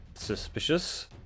Suspicious